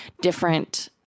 different